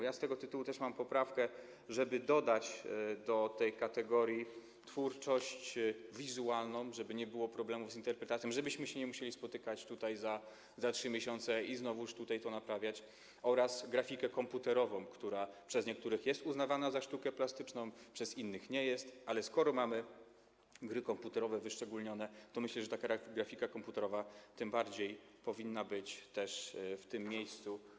Ja z tego tytułu też mam poprawkę, żeby dodać do tej kategorii twórczość wizualną, żeby nie było problemów z interpretacją, żebyśmy się nie musieli spotykać tutaj za 3 miesiące i znowu tutaj to naprawiać, oraz grafikę komputerową, która przez niektórych jest uznawana za sztukę plastyczną, przez innych nie jest, ale skoro mamy wyszczególnione gry komputerowe, to myślę, że tym bardziej grafika komputerowa powinna być w tym miejscu.